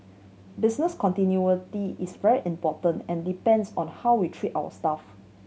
business continuity is very important and depends on how we treat our staff